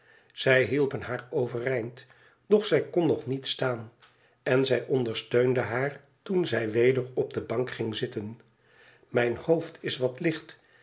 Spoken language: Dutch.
zij hielpen haar overeind doch zij kon nog niet staan en zij ondersteunden haar toen zij weder op de bank ging zitten mijn hoofd is wat licht